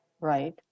Right